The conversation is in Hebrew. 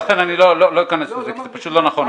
לכן אני לא אכנס לזה, זה פשוט לא נכון.